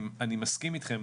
אני מסכים איתכם,